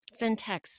Fintechs